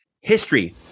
History